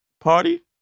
party